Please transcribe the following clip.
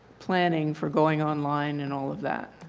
planning for going online and all of that.